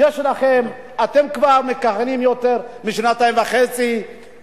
אתם מכהנים כבר יותר משנתיים וחצי,